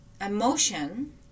emotion